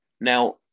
Now